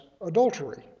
adultery